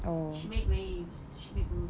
she make waves she make moves